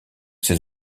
ses